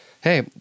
Hey